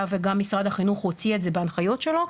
וגם משרד החינוך הוציא את זה בהנחיות שלו,